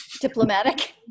diplomatic